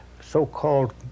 so-called